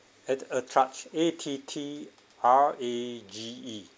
at~ attrage A T T R A G E